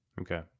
Okay